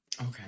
okay